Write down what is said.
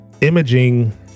imaging